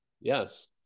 Yes